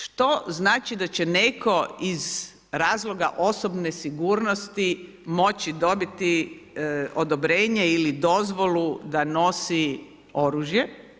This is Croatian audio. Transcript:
Što znači da će netko iz razloga osobne sigurnosti moći dobiti odobrenje ili dozvolu da nosi oružje.